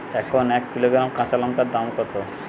এখন এক কিলোগ্রাম কাঁচা লঙ্কার দাম কত?